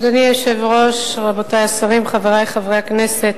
גברתי חברת הכנסת